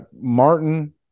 Martin